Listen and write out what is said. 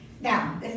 Now